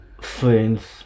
friends